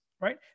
Right